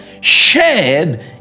shared